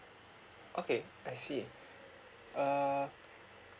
okay I see uh